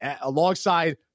alongside